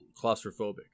claustrophobic